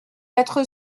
quatre